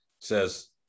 says